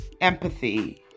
empathy